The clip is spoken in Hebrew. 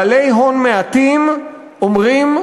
בעלי הון מעטים אומרים,